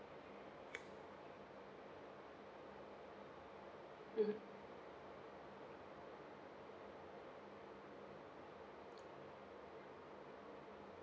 mmhmm